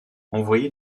envoyé